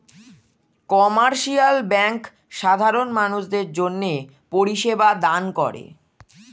commercial bank সাধারণ মানুষদের জন্যে পরিষেবা দান করে